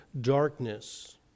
darkness